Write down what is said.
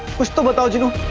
the magical